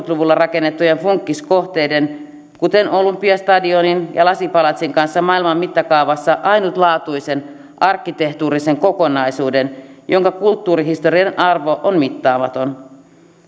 luvulla rakennettujen funkkiskohteiden kuten olympiastadionin ja lasipalatsin kanssa maailman mittakaavassa ainutlaatuisen arkkitehtuurisen kokonaisuuden jonka kulttuurihistoriallinen arvo on mittaamaton